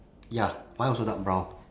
ya mine also dark brown